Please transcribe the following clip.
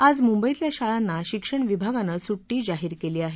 आज मुंबईतल्या शाळांना शिक्षण विभागानं सुष्टी जाहीर केली आहे